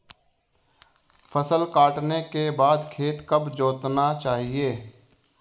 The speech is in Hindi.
फसल काटने के बाद खेत कब जोतना चाहिये?